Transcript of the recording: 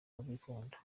bikunda